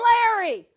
Larry